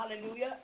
hallelujah